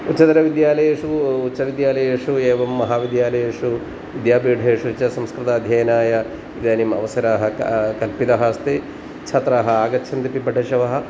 उच्चतरविद्यालयेषु उच्चविद्यालयेषु एवं महाविद्यालयेषु विद्यापीठेषु च संस्कृताध्ययनाय इदानीम् अवसराः क कल्पितः अस्ति छात्राः आगच्छन्त्यपि पिपठिषवः